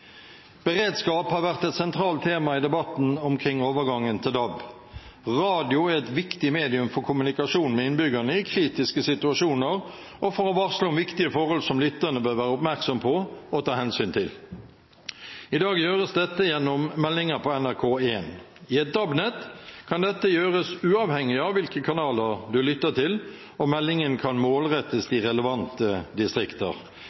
Beredskap har vært et sentralt tema i debatten omkring overgangen til DAB. Radio er et viktig medium for kommunikasjon med innbyggerne i kritiske situasjoner og for å varsle om viktige forhold som lytterne bør være oppmerksom på og ta hensyn til. I dag gjøres dette gjennom meldinger på NRK1. I et DAB-nett kan dette gjøres uavhengig av hvilke kanaler du lytter til, og meldingen kan målrettes de relevante distrikter.